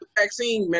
vaccine